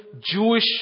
Jewish